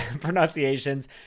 pronunciations